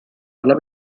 alla